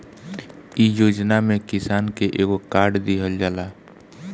इ योजना में किसान के एगो कार्ड दिहल जाला